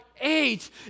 eight